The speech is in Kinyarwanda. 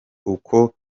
uko